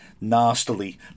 nastily